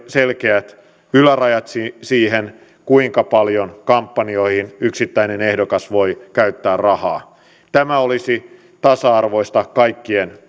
selkeät ylärajat siihen siihen kuinka paljon kampanjoihin yksittäinen ehdokas voi käyttää rahaa tämä olisi tasa arvoista kaikkien